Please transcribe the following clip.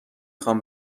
خوام